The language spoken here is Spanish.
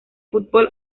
fútbol